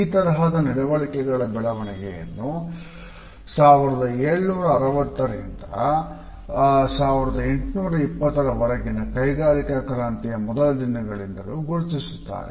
ಈ ತರಹದ ನಡವಳಿಕೆಗಳ ಬೆಳವಣಿಗೆಯನ್ನು 1760 ರಿಂದ 1820ರ ವರೆಗಿನ ಕೈಗಾರಿಕಾ ಕ್ರಾಂತಿಯ ಮೊದಲ ದಿನಗಳಿಂದಲೂ ಗುರುತಿಸುತ್ತಾರೆ